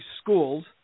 schools